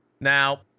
Now